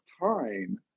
time